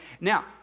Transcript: Now